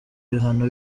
ibihano